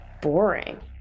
boring